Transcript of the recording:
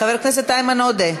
חבר הכנסת איימן עודה,